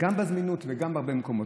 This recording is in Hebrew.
גם בזמינות וגם בהרבה מקומות.